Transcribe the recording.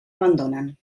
abandonen